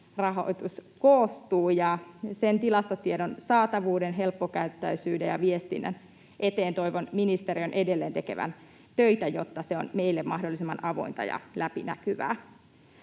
koostuu, ja sen tilastotiedon saatavuuden, helppokäyttöisyyden ja viestinnän eteen toivon ministeriön edelleen tekevän töitä, jotta se on meille mahdollisimman avointa ja läpinäkyvää.